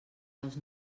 dels